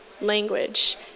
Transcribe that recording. language